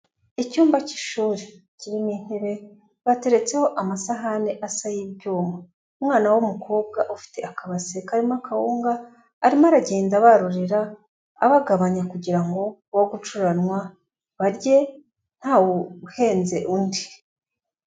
Icyumba cy'ishuri kirimo intebe bateretseho amasahani asa y'ibyuma, umwana w'umukobwa ufite akabase karimo akawunga arimo aragenda abarurira abagabanya kugira ngo be gucuranwa barye ntawe uhenze undi.